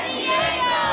Diego